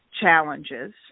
challenges